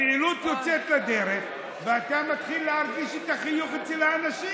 הפעילות יוצאת לדרך ואתה מתחיל להרגיש את החיוך אצל האנשים.